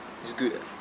it's good ah